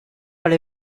alle